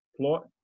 plot